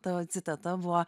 tavo citata buvo